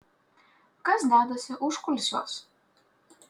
kas dedasi užkulisiuos